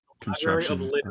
construction